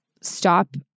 stop